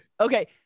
okay